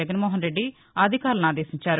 జగన్మోహన్ రెడ్డి అధికారులను ఆదేశించారు